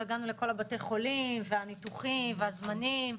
הגענו לכל בתי החולים והניתוחים והזמנים,